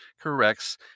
corrects